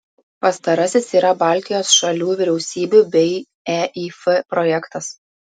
pastarasis yra baltijos šalių vyriausybių bei eif projektas